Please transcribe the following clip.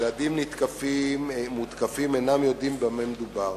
ילדים נתקפים, מותקפים, אינם יודעים במה מדובר,